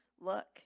look